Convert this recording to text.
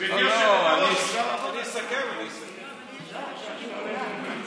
גברתי היושבת-ראש, אפשר להצביע?